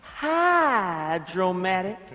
hydromatic